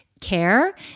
care